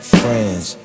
friends